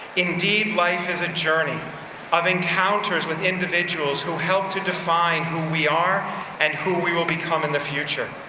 indeed, life is a journey of encounters with individuals who help to define who we are and who we will become in the future.